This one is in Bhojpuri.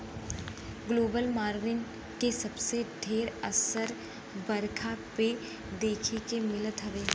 ग्लोबल बर्मिंग के सबसे ढेर असर बरखा पे देखे के मिलत हउवे